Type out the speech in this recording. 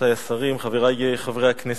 רבותי השרים, חברי חברי הכנסת,